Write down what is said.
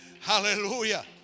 Hallelujah